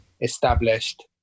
established